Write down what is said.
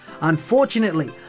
unfortunately